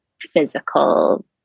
physical